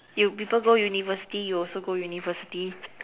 you people go university you also go university